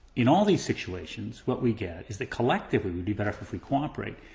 in all these situations, what we get is that, collectively, we'd be better off if we cooperate.